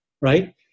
right